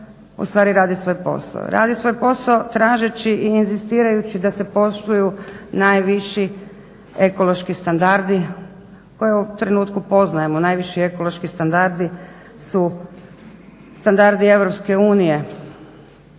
u stvari radi svoj posao? Radi svoj posao tražeći i inzistirajući da se poštuju najviši ekološki standardi koje u ovom trenutku poznajemo. Najviši ekološki standardi su standardi Europske unije.